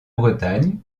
bretagne